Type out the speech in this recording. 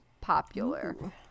popular